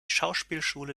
schauspielschule